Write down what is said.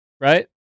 Right